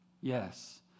Yes